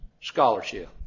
scholarship